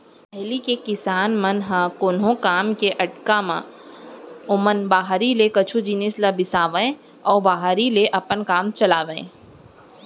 पहिली के किसान मन ह कोनो काम के अटके म ओमन बाहिर ले कुछ जिनिस ल बिसावय अउ बाहिर ले अपन काम चलावयँ